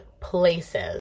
Places